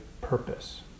purpose